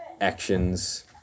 actions